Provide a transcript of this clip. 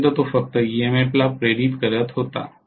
तोपर्यंत तो फक्त ईएमएफला इंड्यूज्ड करत होता